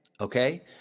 okay